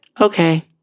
okay